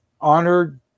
honored